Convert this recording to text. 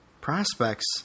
prospects